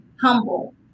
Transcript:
humble